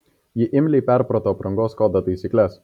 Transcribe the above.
ji imliai perprato aprangos kodo taisykles